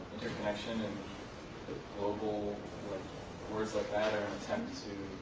interconnection and global words like that are an attempt to